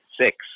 six